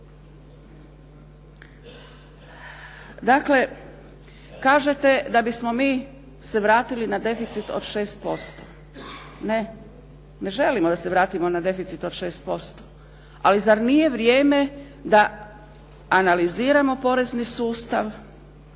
Dakle, kažete da bismo mi se vratili na deficit od 6%. Ne, ne želimo da se vratimo na deficit od 6%, ali zar nije vrijeme da analiziramo porezni sustav,